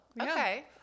okay